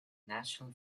national